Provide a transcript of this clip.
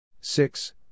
six